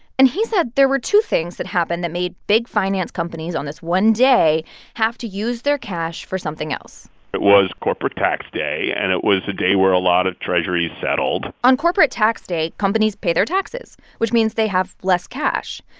and he said there were two things that happened that made big finance companies on this one day have to use their cash for something else it was corporate tax day, and it was a day where a lot of treasurys settled on corporate tax day, companies pay their taxes, which means they have less cash.